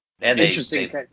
Interesting